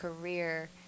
career